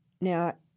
Now